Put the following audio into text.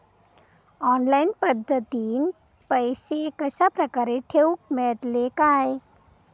Online पद्धतीन पैसे कश्या प्रकारे ठेऊक मेळतले काय?